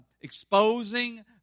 exposing